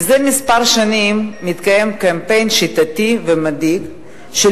מזה כמה שנים מתקיים קמפיין שיטתי ומדאיג של